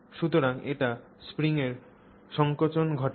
সুতরাং এটি স্প্রিংএর সংকোচন ঘটায়